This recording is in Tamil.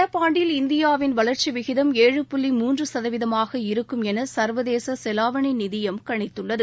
நடப்பாண்டில் இந்தியாவின் வளர்ச்சி விகிதம் ஏழு புள்ளி மூன்று சதவீதமாக இருக்கும் என சர்வதேச செலாவணி நிதியம் கணித்துள்ளது